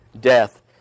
death